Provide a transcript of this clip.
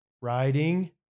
riding